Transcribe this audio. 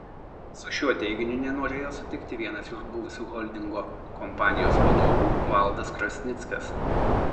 su šiuo teiginiu nenorėjo sutikti vienas iš buvusių holdingo kompanijos vadovų valdas krasnickas